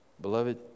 beloved